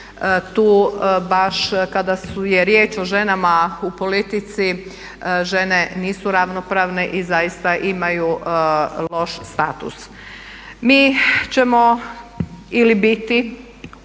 tu baš kada je riječ o ženama u politici žene nisu ravnopravne i zaista imaju loš status. Mi ćemo ili biti